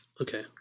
Okay